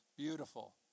beautiful